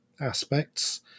aspects